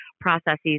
processes